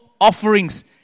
offerings